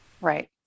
Right